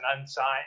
unsigned